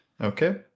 Okay